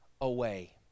away